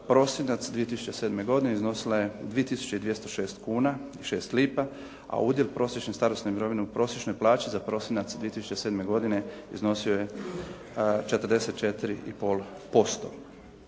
prosinac 2007. godine iznosila je 2206 kuna i 6 lipa, a udjel prosječne starosne mirovine u prosječnoj plaći za prosinac 2007. godine iznosio je 44,5%